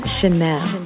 Chanel